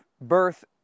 birth